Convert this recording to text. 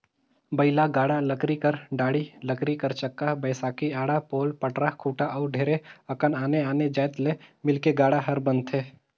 बइला गाड़ा लकरी कर डाड़ी, लकरी कर चक्का, बैसकी, आड़ा, पोल, पटरा, खूटा अउ ढेरे अकन आने आने जाएत ले मिलके गाड़ा हर बनथे